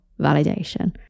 validation